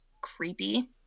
creepy